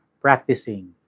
practicing